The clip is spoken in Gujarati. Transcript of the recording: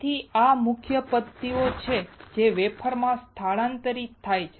તેથી આ મુખ્ય પદ્ધતિઓ છે જે વેફરમાં સ્થાનાંતરિત થાય છે